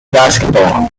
basketball